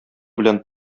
белән